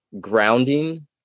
grounding